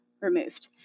removed